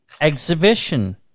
exhibition